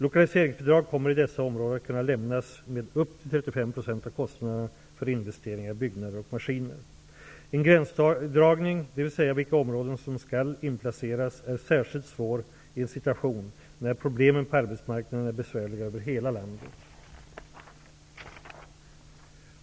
Lokaliseringsbidrag kommer i dessa områden att kunna lämnas med upp till 35 % av kostnaderna för investeringar i byggnader och maskiner. En gränsdragning, dvs. vilka områden som skall inplaceras, är särskilt svår att göra i en situation när problemen på arbetsmarknaden är besvärliga över hela landet.